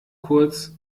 kurz